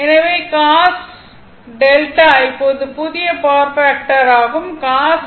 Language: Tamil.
எனவே cos δ இப்போது புதிய பவர் ஃபாக்டர் ஆகும் cos δ 0